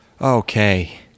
okay